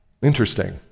interesting